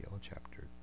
chapter